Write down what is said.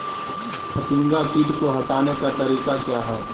फतिंगा किट को हटाने का तरीका क्या है?